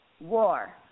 War